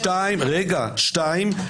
השני,